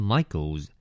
Michael's